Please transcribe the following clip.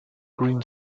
green